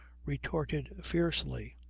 retorted fiercely,